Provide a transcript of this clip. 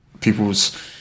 people's